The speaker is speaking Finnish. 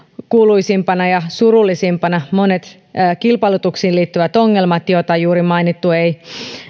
kuuluisimpina ja surullisimpina monet kilpailutuksiin liittyvät ongelmat joita on juuri mainittu ja joita ei